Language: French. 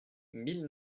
mille